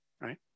right